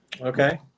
Okay